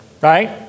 Right